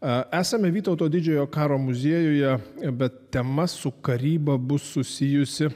esame vytauto didžiojo karo muziejuje bet tema su karyba bus susijusi